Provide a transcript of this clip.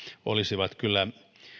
olisivat kyllä